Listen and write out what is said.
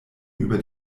über